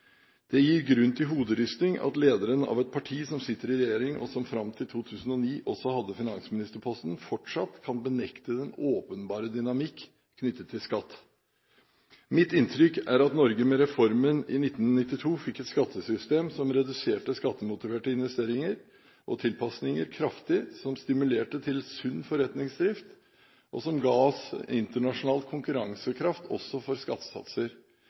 Det gir grunn til hoderysting at lederen av et parti som sitter i regjering, og som fram til 2009 også hadde finansministerposten, fortsatt kan benekte den åpenbare dynamikk knyttet til skatt. Mitt inntrykk er at Norge med reformen i 1992 fikk et skattesystem som reduserte skattemotiverte investeringer og tilpasninger kraftig, som stimulerte til sunn forretningsdrift og som ga oss internasjonal konkurransekraft også for skattesatser.